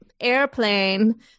airplane